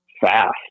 fast